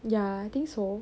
ya I think so